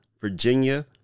Virginia